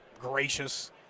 gracious